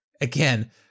again